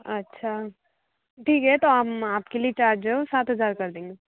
अच्छा ठीक है है तो हम आप के लिए चार्ज जो है वो सात हज़ार कर देंगे